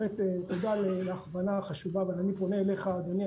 תודה על ההכוונה החשובה אבל אני פונה אליך, אדוני.